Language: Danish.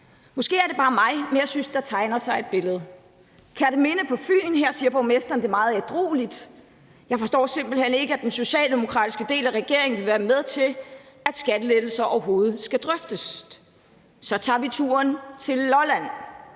Måske er det bare mig, men jeg synes, der tegner sig et billede. Så er der Kerteminde på Fyn. Her siger borgmesteren det meget ædrueligt: »... jeg forstår simpelthen ikke, at den socialdemokratiske del af regeringen kan være med til, at det overhovedet skal drøftes«. Så tager vi turen til Lolland.